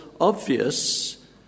obvious